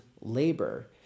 Labor